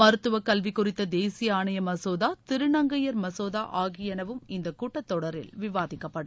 மருத்துவ கல்வி குறித்த தேசிய ஆணைய மசோதா திருநங்கையர் மசோதா ஆகியளவும் இந்த கூட்டத் தொடரில் விவாதிக்கப்படும்